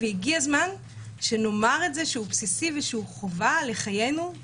והגיע הזמן שנאמר את זה שהוא בסיסי ושהוא חובה לחיינו,